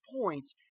points